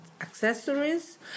accessories